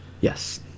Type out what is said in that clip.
yes